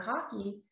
hockey